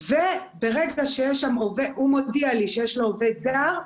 וברגע שאדם מודיע לי שיש לו עובד זר,